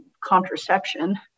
contraception